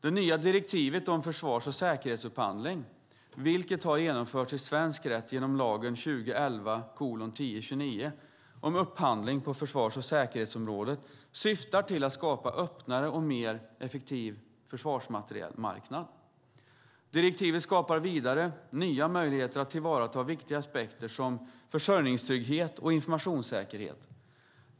Det nya direktivet om försvars och säkerhetsupphandling, vilket har genomförts i svensk rätt genom lagen om upphandling på försvars och säkerhetsområdet, syftar till att skapa en öppnare och mer effektiv försvarsmaterielmarknad. Direktivet skapar vidare nya möjligheter att tillvarata viktiga aspekter såsom försörjningstrygghet och informationssäkerhet.